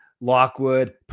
lockwood